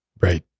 right